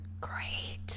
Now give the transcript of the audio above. great